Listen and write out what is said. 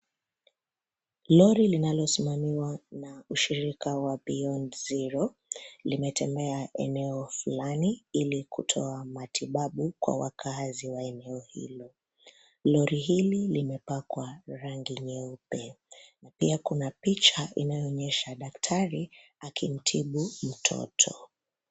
Lori linalosimamiwa na ushirika wa beyond zero, limetembea eneo flani ili kutoa matibabu kwa wakaazi wa eneo hilo. Lori hili limepakwa rangi nyeupe na pia kuna picha inayoonyesha daktari akimtibu mtoto.